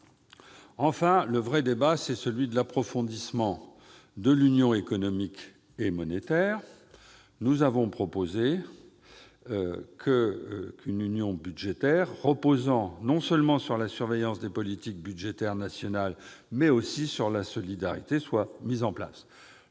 Enfin, le vrai débat porte sur l'approfondissement de l'Union économique et monétaire. Nous avons proposé la mise en place d'une union budgétaire reposant non seulement sur la surveillance des politiques budgétaires nationales, mais aussi sur la solidarité. Le ministre passe